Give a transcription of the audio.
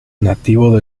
nativo